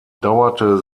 dauerte